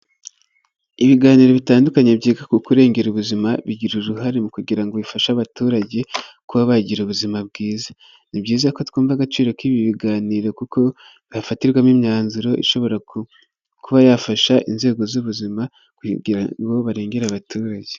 Ibiganiro bitandukanye byiga ku kurengera ubuzima, bigira uruhare mu kugira ngo bifashe abaturage kuba bagira ubuzima bwiza. Ni byiza ko twumva agaciro k'ibi biganiro kuko hafatirwamo imyanzuro ishobora kuba yafasha inzego z'ubuzima kugira ngo barengere abaturage.